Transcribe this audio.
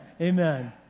Amen